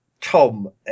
Tom